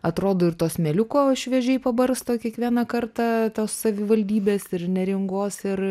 atrodo ir to smėliuko šviežiai pabarsto kiekvieną kartą tos savivaldybės ir neringos ir